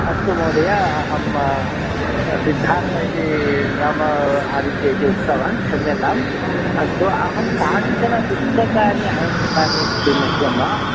अस्तु महोदय अहं सिद्धार्थ इति नाम आदित्य इति उक्तवान् क्षम्यताम् अस्तु अहं कानिचन पुस्तकानि आवश्यकानि अस्ति मह्यं